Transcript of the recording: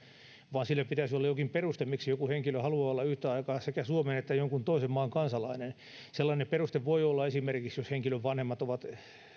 vaan sille pitäisi olla jokin peruste miksi joku henkilö haluaa olla yhtä aikaa sekä suomen että jonkin toisen maan kansalainen sellainen peruste voi olla esimerkiksi jos henkilön vanhemmat ovat